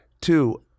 two